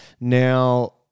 Now